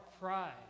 pride